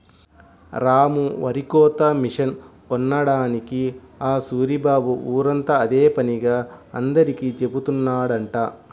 రాము వరికోత మిషన్ కొన్నాడని ఆ సూరిబాబు ఊరంతా అదే పనిగా అందరికీ జెబుతున్నాడంట